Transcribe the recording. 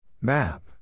Map